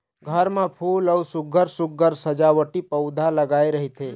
घर म फूल अउ सुग्घर सुघ्घर सजावटी पउधा लगाए रहिथे